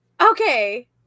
okay